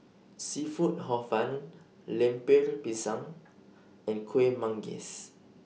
Seafood Hor Fun Lemper Pisang and Kueh Manggis